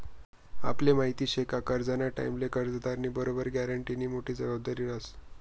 आपले माहिती शे का करजंना टाईमले कर्जदारनी बरोबर ग्यारंटीदारनी मोठी जबाबदारी रहास